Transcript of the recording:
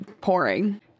pouring